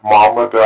Mama